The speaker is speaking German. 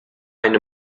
eine